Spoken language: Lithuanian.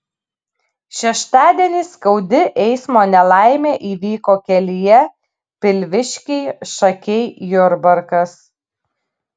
šeštadienį skaudi eismo nelaimė įvyko kelyje pilviškiai šakiai jurbarkas